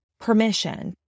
permission